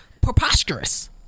preposterous